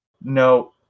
no